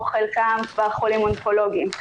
או חלקם כבר חולים אונקולוגיים,